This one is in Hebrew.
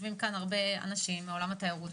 יושבים כאן הרבה אנשים מעולם התיירות,